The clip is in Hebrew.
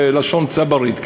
בלשון צברית.